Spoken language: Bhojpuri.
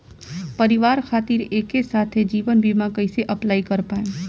परिवार खातिर एके साथे जीवन बीमा कैसे अप्लाई कर पाएम?